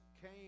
came